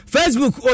Facebook